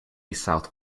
south